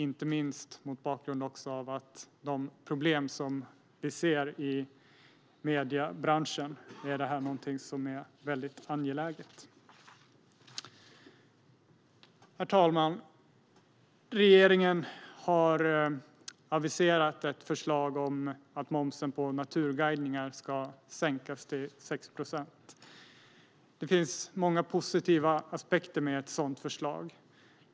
Inte minst mot bakgrund av de problem som vi ser i mediebranschen är detta väldigt angeläget. Herr talman! Regeringen har aviserat ett förslag om att momsen på naturguidningar ska sänkas till 6 procent. Det finns många positiva aspekter med ett sådant förslag.